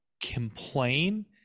complain